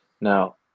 Now